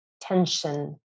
tension